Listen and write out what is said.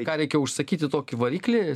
ką reikia užsakyti tokį variklį